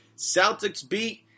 CelticsBeat